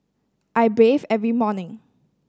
I bathe every morning